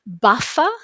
buffer